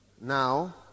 Now